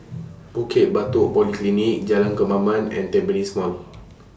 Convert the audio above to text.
Bukit Batok Polyclinic Jalan Kemaman and Tampines Mall